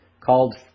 Called